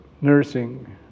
nursing